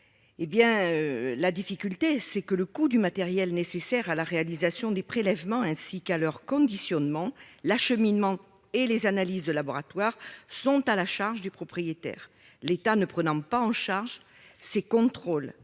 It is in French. hé bien la difficulté, c'est que le coût du matériel nécessaire à la réalisation des prélèvements, ainsi qu'à leur conditionnement l'acheminement et les analyses de laboratoire sont à la charge du propriétaire, l'État ne prenant pas en charge ces contrôles